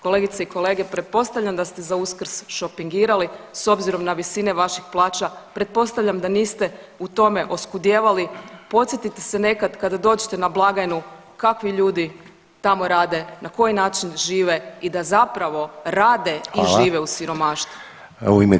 Kolegice i kolege, pretpostavljam da ste za Uskrs šopingirali s obzirom na visine vaših plaća, pretpostavljam da niste u tome oskudijevali, podsjetite se nekad kada dođete na blagajnu kakvi ljudi tamo rade, na koji način žive i da zapravo rade i žive u siromaštvu.